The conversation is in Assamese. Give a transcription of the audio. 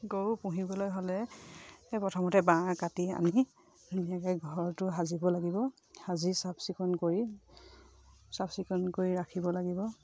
গৰু পুহিবলৈ হ'লে প্ৰথমতে বাঁহ কাটি আনি ধুনীয়াকৈ ঘৰটো সাজিব লাগিব সাজি চাফ চিকুণ কৰি চাফ চিকুণ কৰি ৰাখিব লাগিব